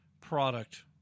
product